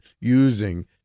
using